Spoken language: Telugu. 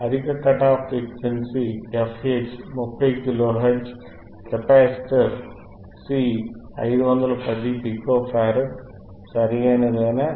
అధిక cut off frequency fH 30 kilohertz capacitor C 510 picofarad సరియైనదా